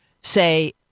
say